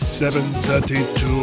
732